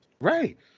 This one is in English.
right